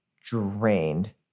drained